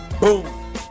Boom